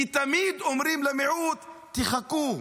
כי תמיד אומרים למיעוט: תחכו,